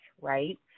right